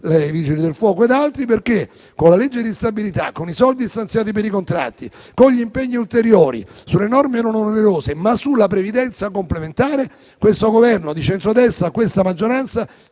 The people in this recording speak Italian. civile, i Vigili del fuoco ed altri. Con la legge di stabilità, con le risorse stanziate per i contratti, con gli impegni ulteriori sulle norme non onerose sulla previdenza complementare, questo Governo di centrodestra e questa maggioranza